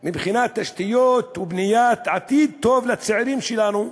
מבחינת תשתיות ובניית עתיד טוב לצעירים שלנו,